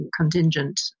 contingent